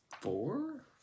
four